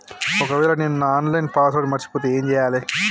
ఒకవేళ నేను నా ఆన్ లైన్ పాస్వర్డ్ మర్చిపోతే ఏం చేయాలే?